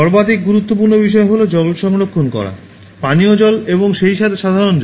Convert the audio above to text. সর্বাধিক গুরুত্বপূর্ণ বিষয় হল জল সংরক্ষণ করা পানীয় জল এবং সেইসাথে সাধারণ জল